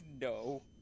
No